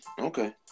okay